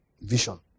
Vision